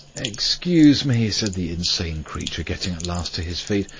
excuse me, said the insane creature, getting at last to his feet.